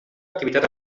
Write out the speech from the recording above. activitat